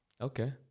Okay